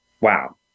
Wow